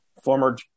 former